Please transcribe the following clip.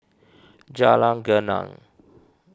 Jalan Geneng